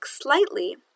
slightly